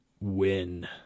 win